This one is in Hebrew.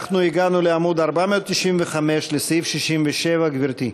אנחנו הגענו לעמוד 495, לסעיף 67. גברתי.